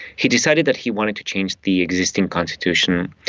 he decided that he wanted to change the existing constitution.